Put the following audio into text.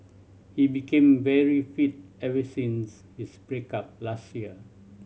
he became very fit ever since his break up last year